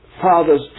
father's